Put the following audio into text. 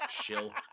chill